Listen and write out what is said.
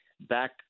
back